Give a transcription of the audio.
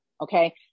okay